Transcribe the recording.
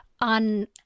on